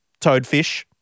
Toadfish